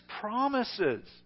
promises